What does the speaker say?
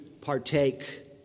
partake